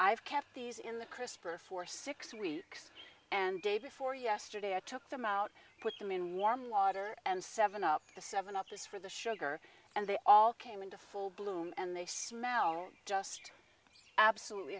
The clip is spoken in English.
i've kept these in the crisper for six three weeks and day before yesterday i took them out put them in warm water and seven up to seven others for the sugar and they all came into full bloom and they smell just absolutely